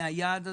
מהיעד הזה.